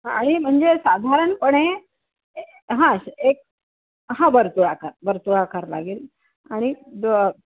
आणि म्हणजे साधारणपणे हा एक हा वर्तुळाकार वर्तुळाकार लागेल आणि द